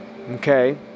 okay